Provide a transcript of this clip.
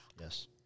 Yes